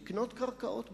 לקנות קרקעות בארץ.